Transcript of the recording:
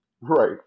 right